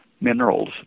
minerals